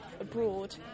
abroad